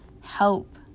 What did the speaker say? help